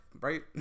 right